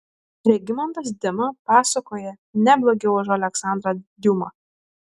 regimantas dima pasakoja ne blogiau už aleksandrą diuma